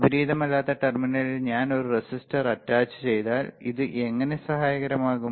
വിപരീതമല്ലാത്ത ടെർമിനലിൽ ഞാൻ ഒരു റെസിസ്റ്റർ അറ്റാച്ചുചെയ്താൽ ഇത് എങ്ങനെ സഹായകരമാകും